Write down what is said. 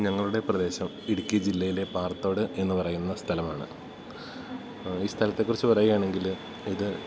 ഞങ്ങളുടെ പ്രദേശം ഇടുക്കി ജില്ലയിലെ പാറത്തോട് എന്ന് പറയുന്ന സ്ഥലമാണ് ഈ സ്ഥലത്തെക്കുറിച്ച് പറയുക ആണെങ്കിൽ ഇത്